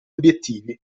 obiettivi